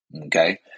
Okay